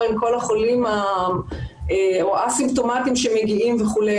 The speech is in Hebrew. עם כל החולים או האסימפטומטיים שמגיעים וכו'.